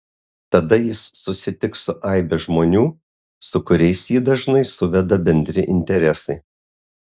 tada jis susitiks su aibe žmonių su kuriais jį dažnai suveda bendri interesai